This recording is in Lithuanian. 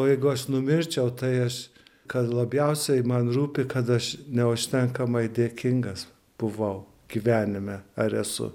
o jeigu aš numirčiau tas aš kad labiausiai man rūpi kad aš neužtenkamai dėkingas buvau gyvenime ar esu